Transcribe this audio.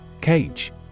Cage